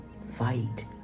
fight